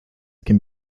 can